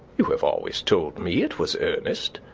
you have always told me it was ernest.